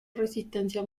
resistencia